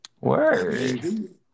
Word